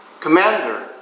commander